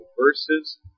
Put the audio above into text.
verses